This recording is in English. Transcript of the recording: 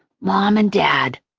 mom and dad.